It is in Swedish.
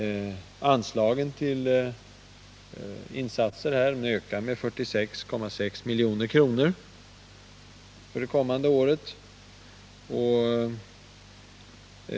Anslaget till insatser på det området ökar med 46,6 milj.kr. för det kommande året.